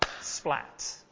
splat